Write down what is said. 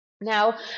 Now